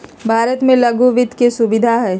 भारत में लघु वित्त के सुविधा हई